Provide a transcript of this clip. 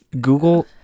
Google